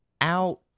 out